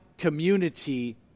community